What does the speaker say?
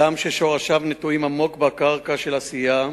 אדם ששורשיו נטועים עמוק בקרקע של עשייה,